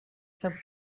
some